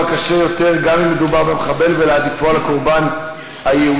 הקשה יותר גם אם מדובר במחבל ולהעדיפו על הקורבן היהודי,